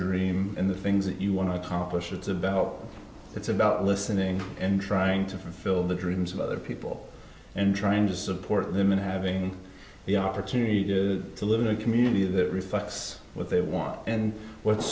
dream and the things that you want to accomplish it's a bell it's about listening and trying to fulfill the dreams of other people and trying to support them in having the opportunity to live in a community that reflects what they want and what's